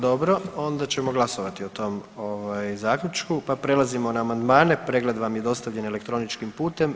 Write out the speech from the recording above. Dobro, onda ćemo glasovati o tom zaključku, pa prelazimo na amandmane, pregled vam je dostavljen elektroničkim putem.